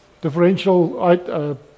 differential